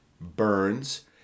burns